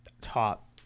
top